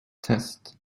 test